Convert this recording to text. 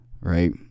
right